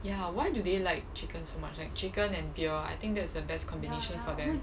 ya why do they like chicken so much like chicken and beer I think that's the best combination for them